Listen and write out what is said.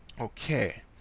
Okay